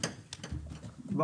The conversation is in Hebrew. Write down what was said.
ירוק.